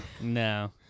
No